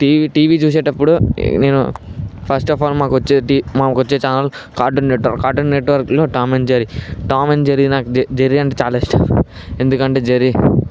TV TV చూసేటప్పుడు నేను first of all మాకొచ్చేటి మాకొచ్చే ఛానెల్ కార్టూన్ నెట్వర్క్ కార్టూన్ నెట్వర్క్లో Tom and Jerry Tom and Jerry నాకు జెర్రీ అంటే చాలా ఇష్టం ఎందుకంటే జెర్రీ